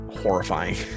horrifying